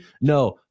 No